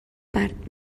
part